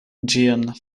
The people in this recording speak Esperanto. ĝian